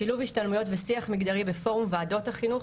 שילוב השתלמויות ושיח מגדרי בפורום ועדות החינוך,